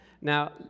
Now